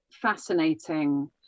fascinating